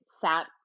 sat